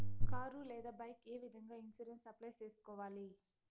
car లేదా bike ఏ విధంగా ఇన్సూరెన్సు అప్లై సేసుకోవాలి